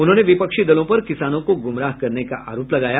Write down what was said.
उन्होंने विपक्षी दलों पर किसानों को गुमराह करने का आरोप लगाया